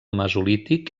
mesolític